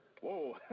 Whoa